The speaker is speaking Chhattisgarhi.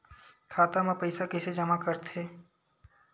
खाता म पईसा कइसे जमा करथे?